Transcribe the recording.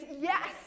yes